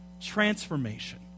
transformation